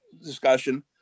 discussion